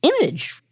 image